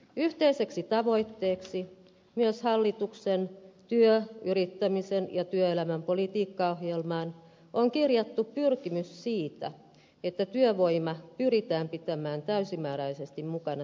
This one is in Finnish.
yhteiseksi tavoitteeksi myös hallituksen työn yrittämisen ja työelämän politiikkaohjelmaan on kirjattu pyrkimys siitä että työvoima pyritään pitämään täysimääräisesti mukana työmarkkinoilla